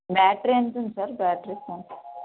battery ఎంత ఉంది sir battery phone